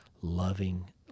loving